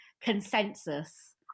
consensus